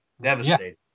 Devastating